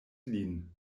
lin